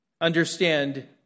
understand